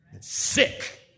sick